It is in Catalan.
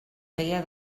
feia